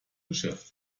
geschäft